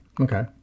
Okay